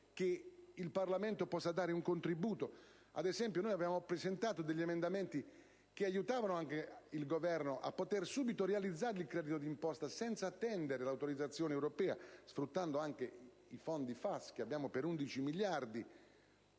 che il Parlamento possa dare un contributo. Ad esempio, noi abbiamo presentato degli emendamenti che aiutavano il Governo a poter subito realizzare il credito d'imposta, senza attendere l'autorizzazione europea, sfruttando anche le risorse FAS per 11 miliardi: